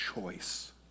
choice